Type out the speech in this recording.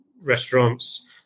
restaurants